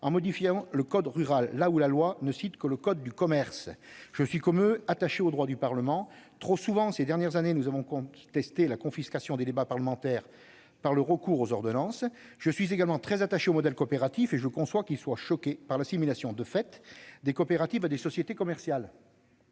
en modifiant le code rural, alors que la loi ne citait que le code du commerce. Comme eux, je suis attaché aux droits du Parlement. Trop souvent, ces dernières années, nous avons contesté la confiscation des débats parlementaires par le recours aux ordonnances. Je suis également très attaché au modèle coopératif et je conçois que mes collègues soient choqués par l'assimilation, de fait, des coopératives à des sociétés commerciales.